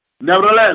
nevertheless